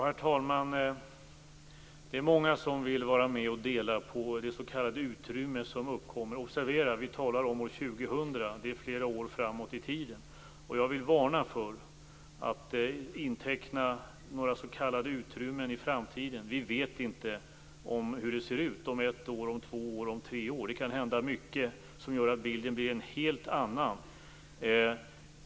Herr talman! Det är många som vill vara med och dela på det s.k. utrymme som uppkommer. Observera dock att vi talar om år 2000 - det är flera år framåt i tiden. Jag vill varna för att inteckna några s.k. utrymmen i framtiden. Vi vet inte hur det ser ut om ett, två eller tre år. Det kan hända mycket som gör att bilden blir en helt annan.